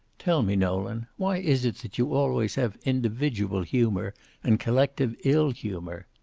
tell me, nolan, why is it that you always have individual humor and collective ill-humor?